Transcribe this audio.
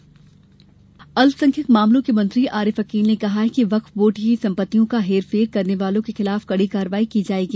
वक्फ board अल्पसंख्यक मामलों के मंत्री आरिफ अकील ने कहा है कि वक्फ बोर्ड की संपत्तियों का हेर फेर करने वालों के खिलाफ कड़ी कार्यवाही की जायेगी